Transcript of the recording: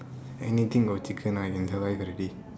anything got chicken I can survive already